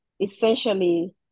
essentially